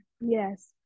Yes